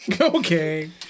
Okay